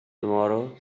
tomorrow